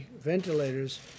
ventilators